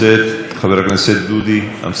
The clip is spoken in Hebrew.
חבר הכנסת אלעזר שטרן.